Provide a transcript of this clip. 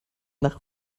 nach